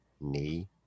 knee